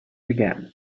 began